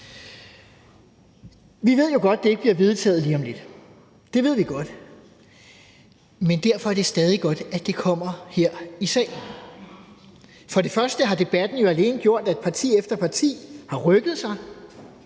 Vi ved jo godt, at det ikke bliver vedtaget lige om lidt. Det ved vi godt. Men derfor er det stadig godt, at det kommer til forhandling her i salen. I første omgang har debatten jo alene gjort, at parti efter parti har rykket sig,